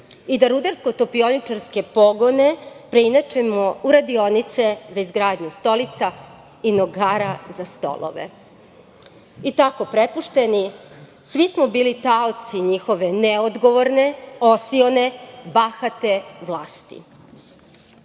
i da rudarsko-topioničarske pogone preinačimo u radionice za izgradnju stolica i nogara za stolove. I tako prepušteni, svi smo bili taoci njihove neodgovorne, osione, bahate